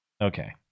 Okay